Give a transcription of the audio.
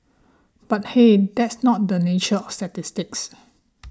but hey that's not the nature of statistics